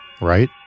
right